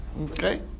okay